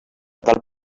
del